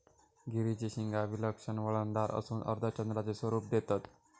गिरीची शिंगा विलक्षण वळणदार असून अर्धचंद्राचे स्वरूप देतत